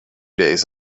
days